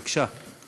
בבקשה.